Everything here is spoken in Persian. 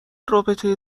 رابطه